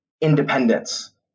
independence